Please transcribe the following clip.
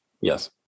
Yes